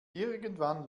irgendwann